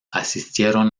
asistieron